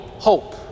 hope